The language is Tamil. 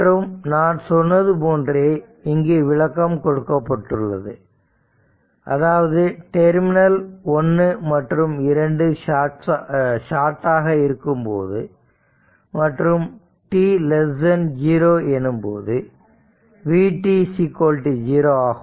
மற்றும் நான் சொன்னது போன்றே இங்கு விளக்கம் கொடுக்கப்பட்டுள்ளது அதாவது டெர்மினல் 1 மற்றும் 2 ஷாட்டாக இருக்கும்போது மற்றும் t0 எனும்போது vt 0 ஆகும்